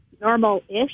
Normal-ish